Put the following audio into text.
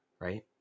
Right